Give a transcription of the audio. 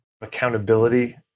accountability